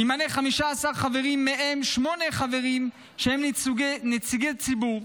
ימנה 15 חברים, שמהם שמונה חברים שהם נציגי ציבור,